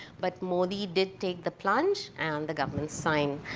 but modi did take the plunge and the government signed.